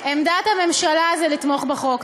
עמדת הממשלה היא לתמוך בחוק.